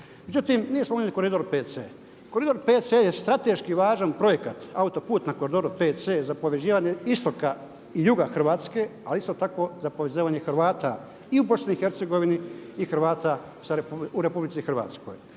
Međutim, nije spomenut koridor 5C. Koridor 5C je strateški važan projekat, autoput na koridoru 5C za povezivanje istoka i juga Hrvatske, ali isto tako i za povezivanje Hrvata i u Bosni i Hercegovini i Hrvata u Republici Hrvatskoj.